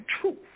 truth